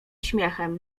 śmiechem